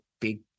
big